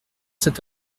cet